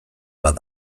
bat